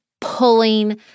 pulling